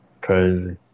Crazy